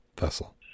vessel